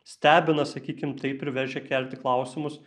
stebina sakykim tai priverčia kelti klausimus